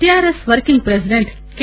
TRS working president K